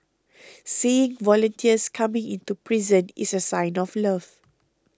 seeing volunteers coming into prison is a sign of love